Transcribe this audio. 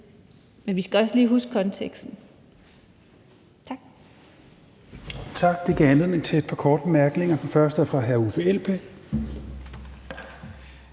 Men vi skal også lige huske konteksten. Tak.